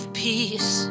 peace